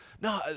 no